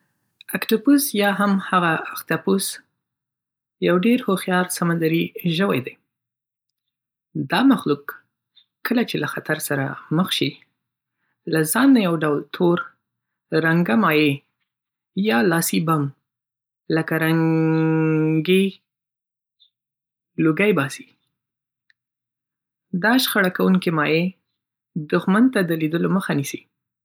اکتوپوس، یا هم هغه اختاپوس، یو ډېر هوښیار سمندري ژوی دی. دا مخلوق کله چې له خطر سره مخ شي، له ځان نه یو ډول تور، رنګه مايع یا "لاسې بم" لکه رنګي لوګی باسي. دا شخړه کوونکی مايع دښمن ته د لیدلو مخه نیسي.